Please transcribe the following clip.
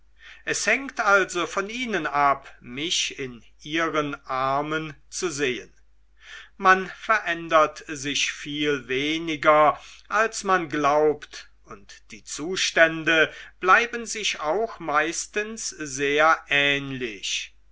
es hängt also von ihnen ab mich in ihren armen zu sehen man verändert sich viel weniger als man glaubt und die zustände bleiben sich auch meistens sehr ähnlich